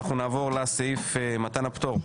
אם כך, מתן הפטור אושר.